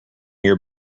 your